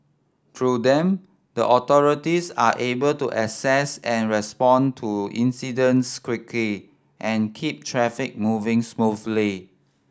through them the authorities are able to assess and respond to incidents quickly and keep traffic moving smoothly